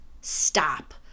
stop